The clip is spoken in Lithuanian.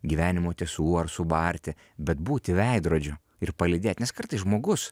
gyvenimo tiesų ar subarti bet būti veidrodžiu ir palydėt nes kartais žmogus